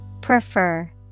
Prefer